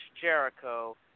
Jericho